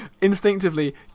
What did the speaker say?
instinctively